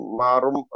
marum